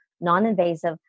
non-invasive